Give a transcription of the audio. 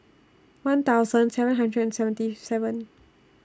one thousand seven hundred and seventy seven